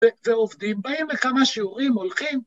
ועובדים, באים לכמה שיעורים, הולכים.